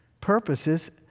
purposes